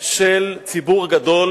של ציבור גדול